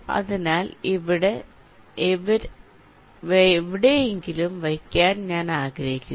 അതിനാൽ അവരെ എവിടെയെങ്കിലും വയ്ക്കാൻ ഞാൻ ആഗ്രഹിക്കുന്നു